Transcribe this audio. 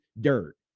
dirt